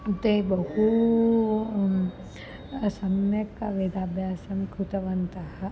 ते बहु सम्यक् वेदाभ्यासं कृतवन्तः